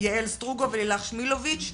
יעל סטרוגו ולילך שמילוביץ'.